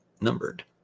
numbered